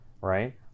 right